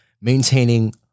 maintaining